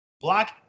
Block